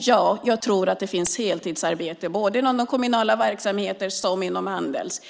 Ja, jag tror att det finns heltidsarbete, både inom kommunala verksamheter som inom Handels.